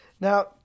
Now